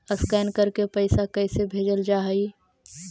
Scan करके पैसा कैसे भेजल जा हइ?